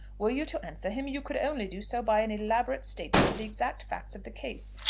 were you to answer him, you could only do so by an elaborate statement of the exact facts of the case.